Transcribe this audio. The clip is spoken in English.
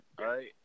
right